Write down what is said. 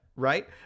Right